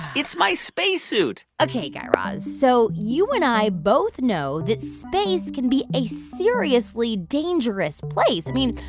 it's my spacesuit ok, guy raz. so you and i both know that space can be a seriously dangerous place. i mean,